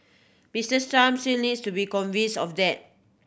Mister Trump still needs to be convince of that